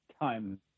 time